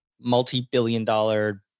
multi-billion-dollar